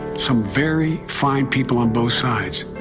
some very fine people on both sides.